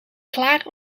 klaar